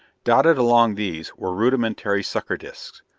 dotted along these were rudimentary sucker discs,